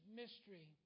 mystery